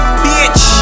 bitch